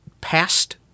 past